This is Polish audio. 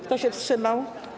Kto się wstrzymał?